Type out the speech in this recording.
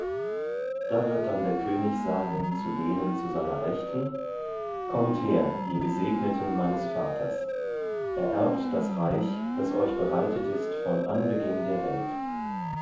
da wird dann der könig sagen zu denen zu seiner rechten kommt her ihr gesegneten meines vaters ererbt das reich das euch bereitet ist von anbeginn der welt